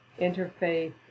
interfaith